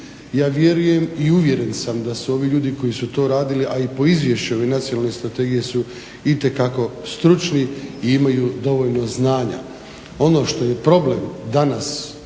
Ja vjerujem i uvjeren sam da su ovi ljudi koji su to radili, a i po Izvješću ove Nacionalne strategije su itekako stručni i imaju dovoljno znanja. Ono što je problem danas